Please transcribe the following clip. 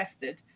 tested